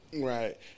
Right